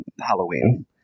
Halloween